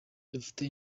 dufite